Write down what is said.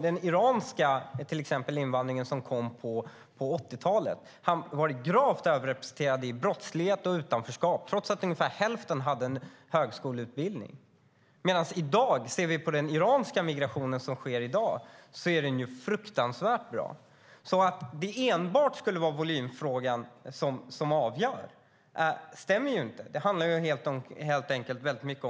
De iranier som kom på 1980-talet var gravt överrepresenterade i brottslighet och utanförskap trots att ungefär hälften hade högskoleutbildning. Men för dagens iranska migranter går det fruktansvärt bra. Att det enbart skulle vara volymfrågan som avgör stämmer alltså inte. Det handlar